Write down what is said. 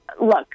Look